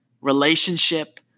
relationship